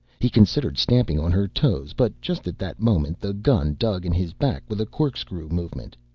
he considered stamping on her toes, but just at that moment the gun dug in his back with a corkscrew movement.